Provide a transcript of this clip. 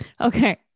Okay